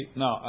no